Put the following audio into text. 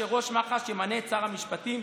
שאת ראש מח"ש ימנה שר המשפטים,